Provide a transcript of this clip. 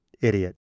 idiot